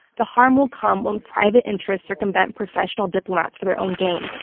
the harm will come when private interests circumvent professional diplomats for their own gain,